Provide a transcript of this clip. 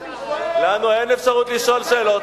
לנו אין אפשרות לשאול שאלות.